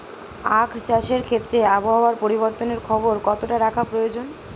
আখ চাষের ক্ষেত্রে আবহাওয়ার পরিবর্তনের খবর কতটা রাখা প্রয়োজন?